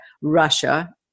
Russia